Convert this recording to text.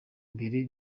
mbere